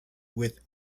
with